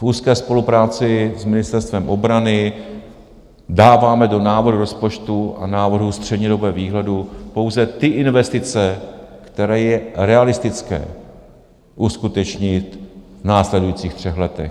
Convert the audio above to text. V úzké spolupráci s Ministerstvem obrany dáváme do návrhu rozpočtu a návrhu střednědobého výhledu pouze ty investice, které je realistické uskutečnit v následujících třech letech.